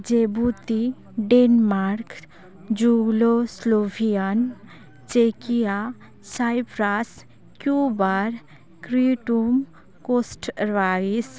Djibouti Denmark ᱡᱩᱞᱳᱥᱞᱳᱵᱷᱤᱭᱟᱱ ᱪᱮᱠᱤᱭᱟ Cyprus Cuba ᱠᱨᱤᱭᱩᱴᱩᱢ ᱠᱳᱥᱴᱨᱟᱭᱤᱥ